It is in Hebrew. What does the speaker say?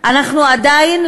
עדיין,